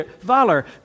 valor